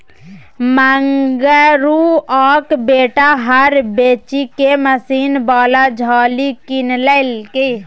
मंगरुआक बेटा हर बेचिकए मशीन बला झालि किनलकै